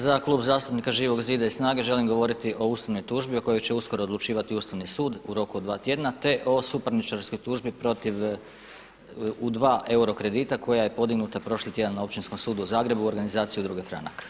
Za Klub zastupnika Živog zida i Snage želim govoriti o ustavnoj tužbi o kojoj će uskoro odlučivati Ustavni sud u roku od 2 tjedna te o suparničarskoj tužbi protiv u dva euro kredita koja je podignuta prošli tjedan na Općinskom sudu u Zagrebu u organizaciji Udruge „Franak“